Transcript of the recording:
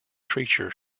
creature